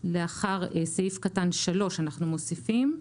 לאחר סעיף קטן (3) אנחנו מוסיפים,